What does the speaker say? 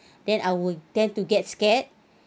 then I would tend to get scared